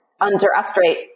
underestimate